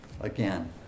again